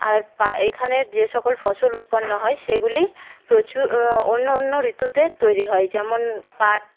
আর এখানের যে সকল ফসল উৎপন্ন হয় সেগুলি প্রচুর অন্য অন্য ঋতুতে তৈরি হয় যেমন পাট